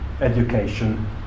education